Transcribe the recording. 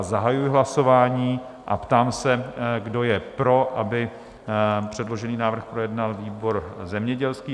Zahajuji hlasování a ptám se, kdo je pro, aby předložený návrh projednal výbor zemědělský?